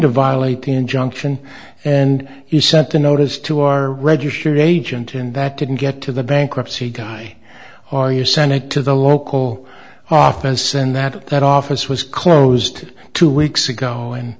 to violate the injunction and you sent a notice to our registered agent and that didn't get to the bankruptcy guy are you send it to the local office in that office was closed two weeks ago and